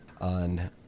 on